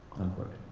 unquote.